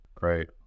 right